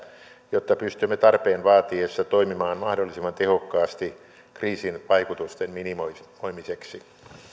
jotta pystymme tarpeen vaatiessa toimimaan mahdollisimman tehokkaasti kriisin vaikutusten minimoimiseksi